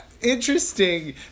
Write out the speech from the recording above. interesting